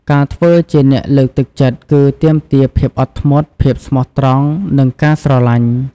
ការធ្វើជាអ្នកលើកទឹកចិត្ត គឺទាមទារភាពអត់ធ្មត់ ភាពស្មោះត្រង់ និងការស្រឡាញ់។